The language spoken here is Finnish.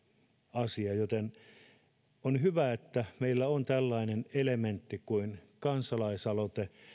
asia siksi on hyvä että meillä on tällainen elementti kuin kansalaisaloite